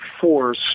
force